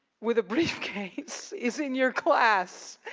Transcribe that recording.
with a briefcase is in your class.